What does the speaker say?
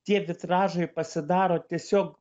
tie vitražai pasidaro tiesiog